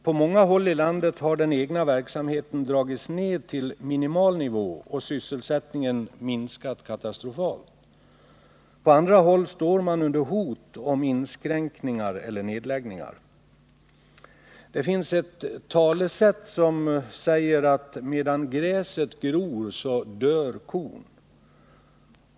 På många håll i landet har den egna verksamheten dragits ned till minimal nivå, och sysselsättningen har minskat katastrofalt. På andra håll står man inför hot om inskränkningar eller nedläggningar. Det finns ett talesätt som säger att medan gräset gror dör kon.